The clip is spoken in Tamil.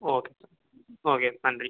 ஓகே ஓகே நன்றி